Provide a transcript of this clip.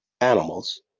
animals